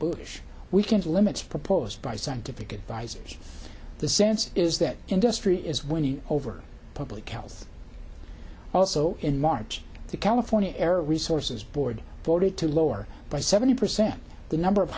bush we can't limit is proposed by scientific advisors the sense is that industry is winning over public health also in march the california air resources board voted to lower by seventy percent the number of